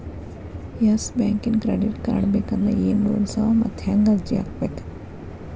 Yes ಬ್ಯಾಂಕಿನ್ credit card ಬೇಕಂದ್ರ ಏನ್ ರೂಲ್ಸವ ಮತ್ತ್ ಹೆಂಗ್ ಅರ್ಜಿ ಹಾಕ್ಬೇಕ?